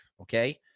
okay